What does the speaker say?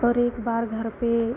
और एक बार घर पे